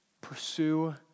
Pursue